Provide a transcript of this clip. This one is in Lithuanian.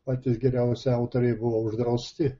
patys geriausi autoriai buvo uždrausti